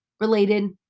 related